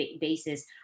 basis